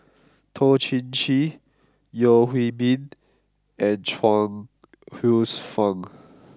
Toh Chin Chye Yeo Hwee Bin and Chuang Hsueh Fang